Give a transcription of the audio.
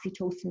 oxytocin